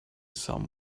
some